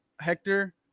Hector